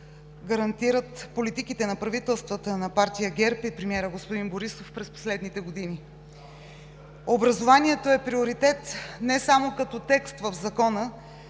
гарантират политиките на правителствата на партия ГЕРБ и премиерът господин Борисов през последните години. Образованието е приоритет не само като текст в закона,